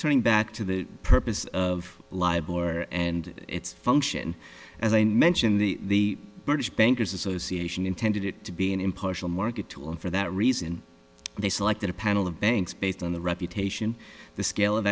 turning back to the purpose of live war and its function as i mentioned the british bankers association intended it to be an impartial market tool and for that reason they selected a panel of banks based on the reputation the scale of